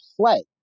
play